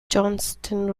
johnstone